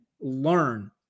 learn